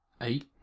eight